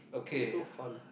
it is so fun